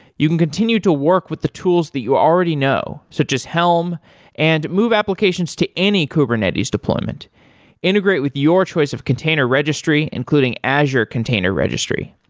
you can continue to work with the tools that you already know, so just helm and move applications to any kubernetes deployment integrate with your choice of container registry, including azure container registry.